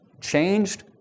changed